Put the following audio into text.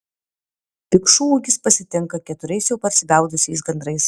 pikšų ūkis pasitinka keturiais jau parsibeldusiais gandrais